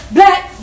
Black